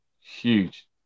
Huge